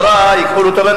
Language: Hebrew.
בין יהודים וחרדים,